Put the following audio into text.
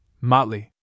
Motley